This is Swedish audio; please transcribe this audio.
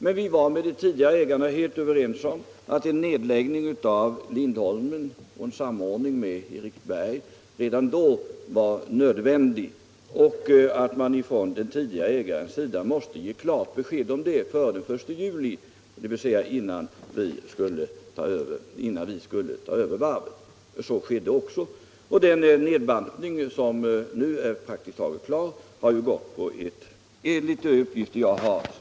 Men vi var helt överens med den tidigare ägaren om att en nedläggning av Lindholmen och en samordning med Eriksberg var nödvändig och att man från den tidigare ägarens sida måste ge klart besked om det före den 1 juli, dvs. innan staten skulle ta över varvet. Så skedde också, och den nedbantning som nu är praktiskt taget klar har genomförts på ett smidigt sätt, enligt uppgifter som jag har fått.